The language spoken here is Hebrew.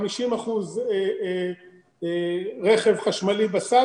50% רכב חשמלי בסל,